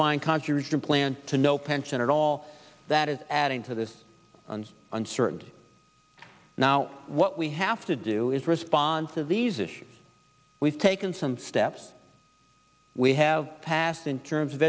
defined contribution plan to no pension at all that is adding to this uncertainty now what we have to do is response of these issues we've taken some steps we have passed in terms of